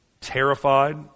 terrified